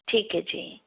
ਠੀਕ ਹੈ ਜੀ